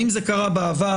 האם זה קרה בעבר?